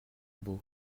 beau